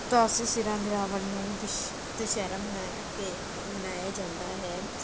ਦਸ ਸਿਰਾਂ ਦੇ ਰਾਵਣ ਨੂੰ ਦੁਸ਼ ਦੁਸਹਿਰਾ ਮਨਾਇਆ ਕੇ ਕੇ ਮਨਾਇਆ ਜਾਂਦਾ ਹੈ